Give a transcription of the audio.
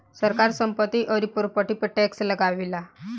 सरकार संपत्ति अउरी प्रॉपर्टी पर टैक्स लगावेला